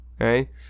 Okay